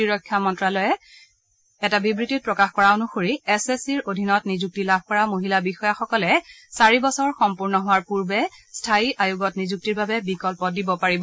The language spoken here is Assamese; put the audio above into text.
প্ৰতিৰক্ষা মন্ত্যালয়ে বিবৃতিত প্ৰকাশ কৰা অনুসৰি এছ এছ চিৰ অধীনত নিয়ুক্তি লাভ কৰা মহিলা বিষয়াসকলে চাৰি বছৰ সম্পূৰ্ণ হোৱাৰ পূৰ্বে স্থায়ী আয়োগত নিযুক্তিৰ বাবে বিকল্প দিব পাৰিব